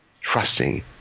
trusting